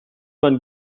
man